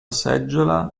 seggiola